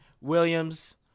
Williams